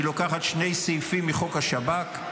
היא לוקחת שני סעיפים מחוק השב"כ,